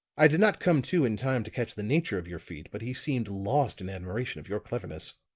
i did not come to in time to catch the nature of your feat, but he seemed lost in admiration of your cleverness.